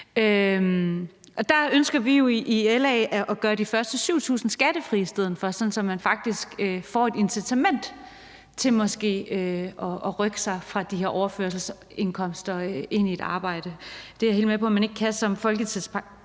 Der ønsker vi jo i LA at gøre de første 7.000 kr. skattefri i stedet for, sådan at man faktisk får et incitament til måske at rykke sig fra sin overførselsindkomst og ind i et arbejde. Det er jeg helt med på at man ikke kan som folkepensionist,